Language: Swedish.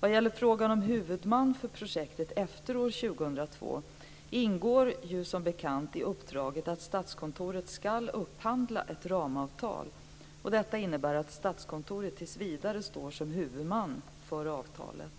Vad gäller frågan om huvudman för projektet efter år 2002 ingår ju som bekant i uppdraget att Statskontoret ska upphandla ett ramavtal. Detta innebär att Statskontoret tills vidare står som huvudman för avtalet.